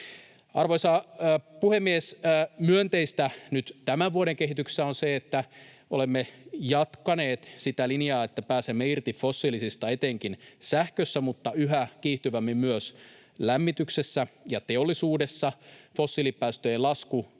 Arvoisa puhemies! Myönteistä nyt tämän vuoden kehityksessä on se, että olemme jatkaneet sitä linjaa, että pääsemme irti fossiilisista etenkin sähkössä mutta yhä kiihtyvämmin myös lämmityksessä ja teollisuudessa. Fossiilipäästöjen lasku